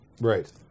Right